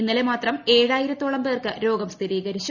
ഇന്നലെ മാത്രം ഏഴായിര ത്തോളം പേർക്ക് രോഗം സ്ഥിരീകരിച്ചു